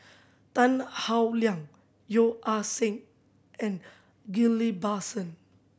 Tan Howe Liang Yeo Ah Seng and Ghillie Basan